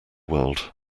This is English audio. world